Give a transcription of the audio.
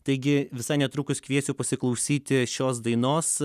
taigi visai netrukus kviesiu pasiklausyti šios dainos